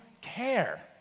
care